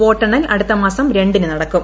വോട്ടെണ്ണൽ അടുത്ത മാസം രിന് നടക്കും